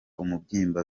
umubyimba